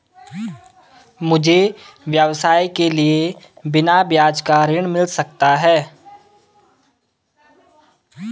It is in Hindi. मुझे व्यवसाय के लिए बिना ब्याज का ऋण मिल सकता है?